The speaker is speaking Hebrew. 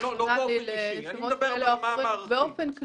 קונקרטי לאנשים כאלה ואחרים.